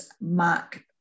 Mark